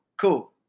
cool